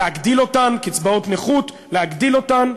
להגדיל אותן, קצבאות נכות, להגדיל אותן.